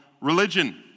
religion